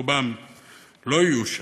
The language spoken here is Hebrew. רובם לא יהיו שם.